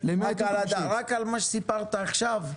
רק על מה שסיפרת עכשיו,